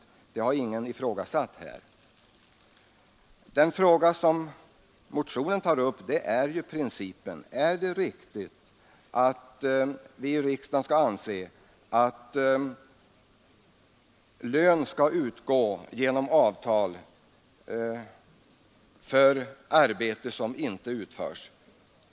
Detta har ingen här ifrågasatt. Den fråga som motionen tar upp gäller principen. Är det riktigt att vi i riksdagen anser att lön skall utgå genom avtal för arbete som inte utförs?